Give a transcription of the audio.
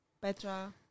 Petra